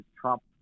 Trump